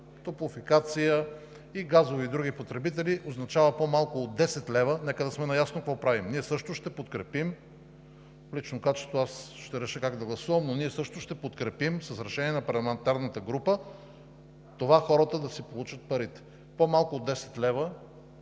топлофикация, газови и други, означава по-малко от 10 лв. Нека да сме наясно какво правим! Ние също ще подкрепим. В лично качество аз ще реша как да гласувам, но ние също ще подкрепим, с решение на парламентарната група, това хората да си получат парите – по-малко от 10 лв.,